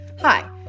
Hi